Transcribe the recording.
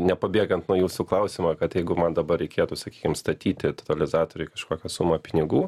nepabėgant nuo jūsų klausimo kad jeigu man dabar reikėtų sakykim statyti totalizatoriuj kažkokią sumą pinigų